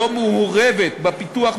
לא מעורבת בפיתוח,